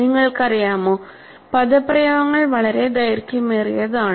നിങ്ങൾക്കറിയാമോ പദപ്രയോഗങ്ങൾ വളരെ ദൈർഘ്യമേറിയതാണ്